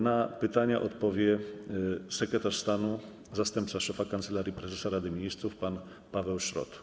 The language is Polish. Na pytanie odpowie sekretarz stanu, zastępca szefa Kancelarii Prezesa Rady Ministrów pan Paweł Szrot.